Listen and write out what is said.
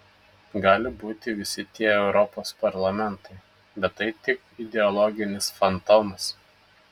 gali būti visi tie europos parlamentai bet tai tik ideologinis fantomas